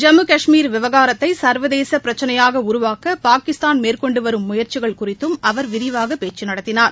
ஜம்மு கஷ்மீர் விவகாரத்தை சள்வதேச பிரிச்சினையாக உருவாக்க பாகிஸ்தான் மேற்கொண்டு வரும் முயற்சிகள் குறித்தும் அவர் விரிவாக பேச்சு நடத்தினார்